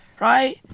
Right